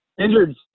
injured